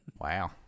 Wow